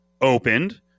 opened